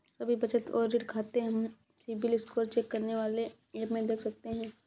सभी बचत और ऋण खाते हम सिबिल स्कोर चेक करने वाले एप में देख सकते है